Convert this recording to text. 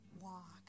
walk